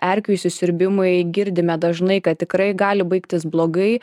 erkių įsisiurbimai girdime dažnai kad tikrai gali baigtis blogai